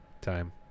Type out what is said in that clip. time